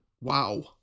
wow